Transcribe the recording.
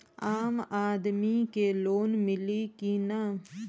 आम आदमी के लोन मिली कि ना?